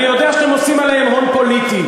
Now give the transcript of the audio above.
אני יודע שאתם עושים עליהם הון פוליטי,